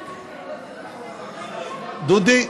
דודי,